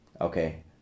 okay